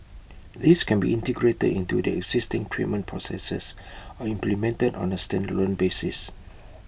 these can be integrated into their existing treatment processes or implemented on A standalone basis